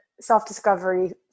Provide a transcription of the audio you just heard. self-discovery